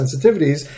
sensitivities